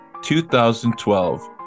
2012